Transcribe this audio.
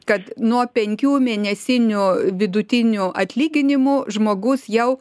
kad nuo penkių mėnesinių vidutinių atlyginimų žmogus jau